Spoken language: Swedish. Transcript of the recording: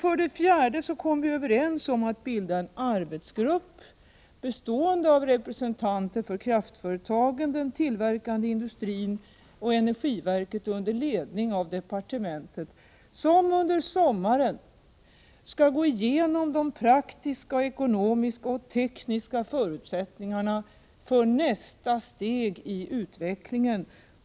För det fjärde kom vi överens om att bilda en arbetsgrupp bestående av representanter för kraftföretagen, den tillverkande industrin och energiverket under ledning av departementet, som under sommaren skall gå igenom de praktiska, ekonomiska och tekniska förutsättningarna för nästa steg i utvecklingen.